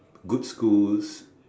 good schools